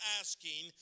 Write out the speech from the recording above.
asking